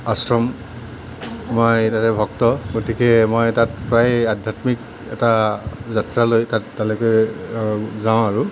আশ্ৰম মই তাৰে ভক্ত গতিকে মই তাত প্ৰায়ে আধ্যাত্মিক এটা যাত্ৰা লৈ তাত তালৈকে যাওঁ আৰু